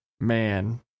Man